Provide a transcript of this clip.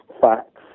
facts